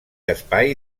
espai